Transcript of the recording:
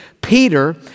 Peter